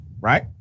right